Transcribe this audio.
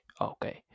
Okay